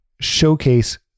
showcase